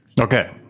Okay